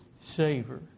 savor